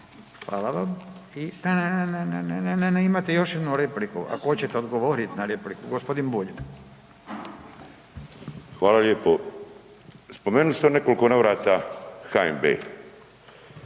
Hvala vam. I, ne, ne, ne, ne, imate još jednu repliku, ako hoćete odgovoriti na repliku. G. Bulj. **Bulj, Miro (MOST)** Hvala lijepo. Spomenuli ste u nekoliko navrata HNB.